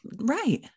Right